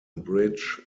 bridge